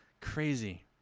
crazy